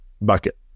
bucket